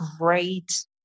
great